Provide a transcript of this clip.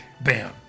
Bam